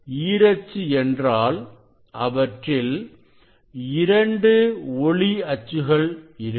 ஈரச்சு என்றால் அவற்றில் 2 ஒளி அச்சுகள் இருக்கும்